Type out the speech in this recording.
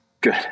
Good